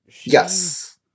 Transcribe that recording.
Yes